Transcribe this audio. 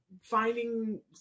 finding